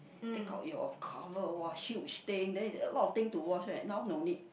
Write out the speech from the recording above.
take out your cover !woah! huge thing then a lot of things to wash leh now no need